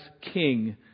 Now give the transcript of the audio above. King